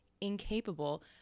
incapable